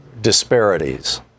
disparities